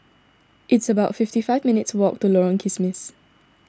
it's about fifty five minutes' walk to Lorong Kismis